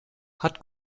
hat